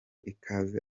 ikaze